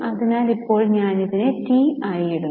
അതിനാൽ ഇപ്പോൾ ഞാൻ അതിനെ ടി ആയി ഇടുന്നു